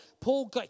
Paul